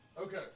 Okay